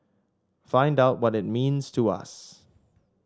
find out what it means to us